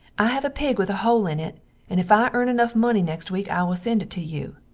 i have a pig with a hole in it and if i ern enuf money next weak i will send it to you.